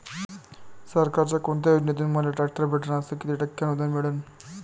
सरकारच्या कोनत्या योजनेतून मले ट्रॅक्टर भेटन अस किती टक्के अनुदान मिळन?